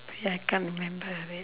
ya I can't remember wait